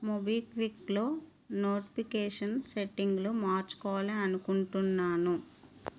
మొబిక్విక్లో notification సెట్టింగులు మార్చుకోవాలని అనుకుంటున్నాను